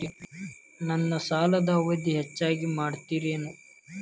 ನನ್ನ ಸಾಲದ ಅವಧಿ ಹೆಚ್ಚಿಗೆ ಮಾಡ್ತಿರೇನು?